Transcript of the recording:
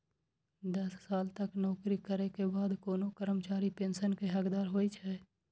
दस साल तक नौकरी करै के बाद कोनो कर्मचारी पेंशन के हकदार होइ छै